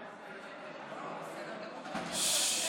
ששש.